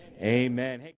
amen